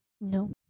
No